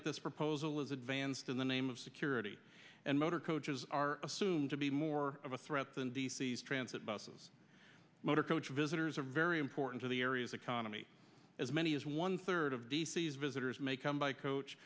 that this proposal is advanced in the name of security and motor coaches are assumed to be more of a threat than d c s transit buses motorcoach visitors are very important to the area's economy as many as one third of d c s visitors may come by coach